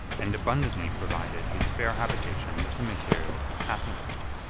and abundantly provided his fair habitation with the materials of happiness.